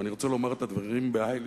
ואני רוצה לומר את הדברים בהאי לישנא,